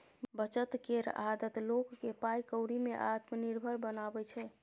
बचत केर आदत लोक केँ पाइ कौड़ी में आत्मनिर्भर बनाबै छै